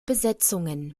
besetzungen